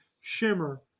Shimmer